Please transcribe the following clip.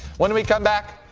when we come back,